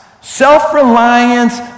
Self-reliance